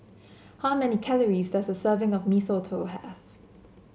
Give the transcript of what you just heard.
how many calories does a serving of Mee Soto have